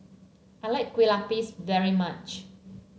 I like Kueh Lapis very much